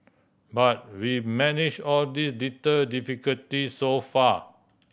but we manage all these little difficulty so far